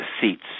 seats